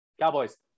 Cowboys